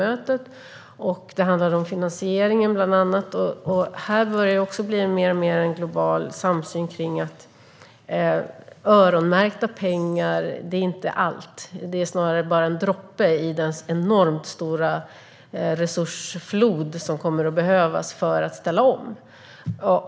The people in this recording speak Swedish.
Det handlade bland annat om finansieringen. Här börjar det bli mer och mer av global samsyn när det gäller att öronmärkta pengar inte är allt. Det är snarare bara en droppe i den enorma resursflod som kommer att behövas för att ställa om.